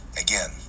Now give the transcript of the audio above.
again